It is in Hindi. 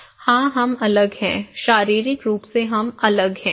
हां हम अलग हैं शारीरिक रूप से हम अलग हैं